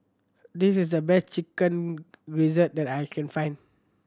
this is the best Chicken Gizzard that I can find